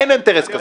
אין אינטרס כזה.